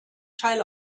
teil